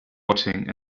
rotting